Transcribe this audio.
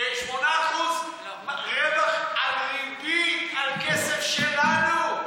8% רווח על ריבית, על כסף שלנו.